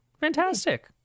Fantastic